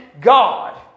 God